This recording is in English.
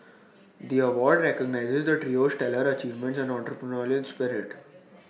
the award recognises the trio's stellar achievements and entrepreneurial spirit